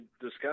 discuss